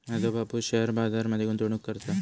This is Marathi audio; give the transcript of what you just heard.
माझो बापूस शेअर बाजार मध्ये गुंतवणूक करता